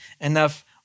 enough